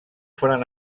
foren